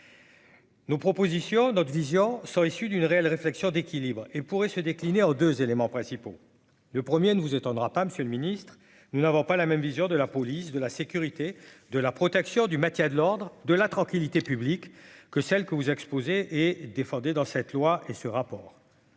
nos propositions, notre vision sont issus d'une réelle réflexion d'équilibre et pourrait se décliner en 2 éléments principaux : le 1er ne vous étonnera pas, Monsieur le Ministre, nous n'avons pas la même vision de la police de la sécurité de la protection du Mathias, de l'ordre de la tranquillité publique que celle que vous exposez et défendez dans cette loi et ce rapport,